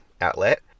outlet